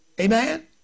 Amen